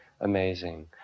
amazing